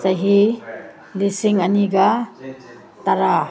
ꯆꯍꯤ ꯂꯤꯁꯤꯡ ꯑꯅꯤꯒ ꯇꯔꯥ